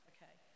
Okay